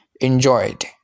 enjoyed